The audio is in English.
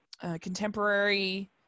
contemporary